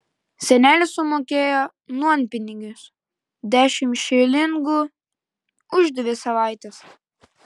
senelė sumokėjo nuompinigius dešimt šilingų už dvi savaites